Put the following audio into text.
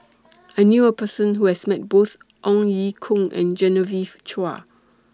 I knew A Person Who has Met Both Ong Ye Kung and Genevieve Chua